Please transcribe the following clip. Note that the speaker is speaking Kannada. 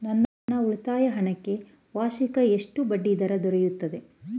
ನನ್ನ ಉಳಿತಾಯ ಹಣಕ್ಕೆ ವಾರ್ಷಿಕ ಎಷ್ಟು ಬಡ್ಡಿ ದೊರೆಯುತ್ತದೆ?